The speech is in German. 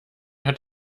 hat